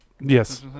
Yes